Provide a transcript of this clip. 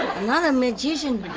another magician!